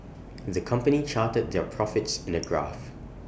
the company charted their profits in A graph